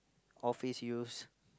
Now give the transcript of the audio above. office use